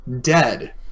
dead